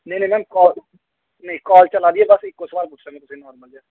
नेईं ma'am call चला दी ऐ में इक्कै सोआल पुच्छना तुसें गी नॉर्मल जेहा